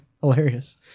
hilarious